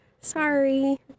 sorry